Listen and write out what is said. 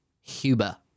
Huber